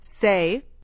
Say